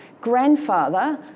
grandfather